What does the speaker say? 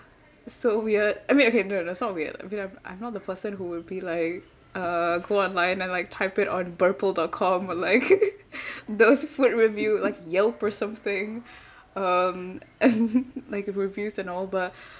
so weird I mean okay no no no it's not weird I mean I'm not the person who will be like uh go online and like type it on burpple dot com or like those food review like yelp or something um like reviews and all but